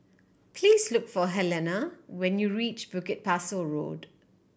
please look for Helena when you reach Bukit Pasoh Road